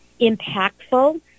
impactful